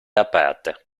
aperte